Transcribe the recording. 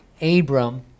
Abram